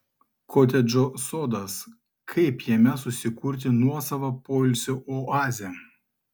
kotedžo sodas kaip jame susikurti nuosavą poilsio oazę